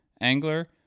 angler